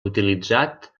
utilitzat